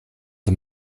the